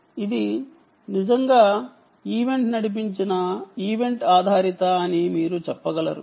ఇది నిజంగా ఈవెంట్ ఆధారితమైనది అని చెప్పవచ్చు